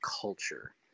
culture